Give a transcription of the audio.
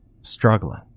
Struggling